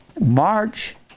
March